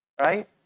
right